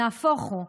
נהפוך הוא,